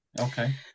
Okay